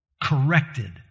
corrected